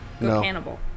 No